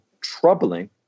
troubling